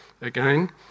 again